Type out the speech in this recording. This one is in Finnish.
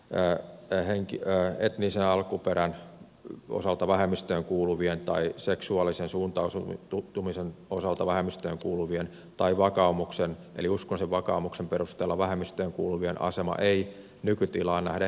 ja että henki esitykselläni etnisen alkuperän osalta vähemmistöön kuuluvien tai seksuaalisen suuntautumisen osalta vähemmistöön kuuluvien tai vakaumuksen eli uskonnollisen vakaumuksen perusteella vähemmistöön kuuluvien asema ei nykytilaan nähden heikkenisi